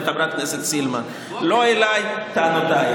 כשהקמנו אותה,